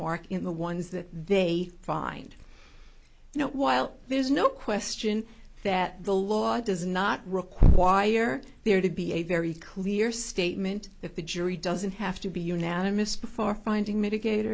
checkmark in the ones that they find and while there's no question that the law does not require there to be a very clear statement that the jury doesn't have to be unanimous before finding mitigat